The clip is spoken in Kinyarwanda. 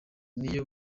niyo